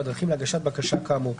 והדרכים להגשת בקשה כאמור,